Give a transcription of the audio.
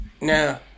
No